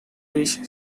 fish